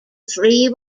three